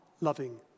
loving